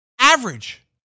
average